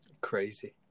Crazy